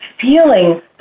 feeling